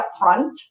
upfront